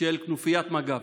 של כנופיית מג"ב.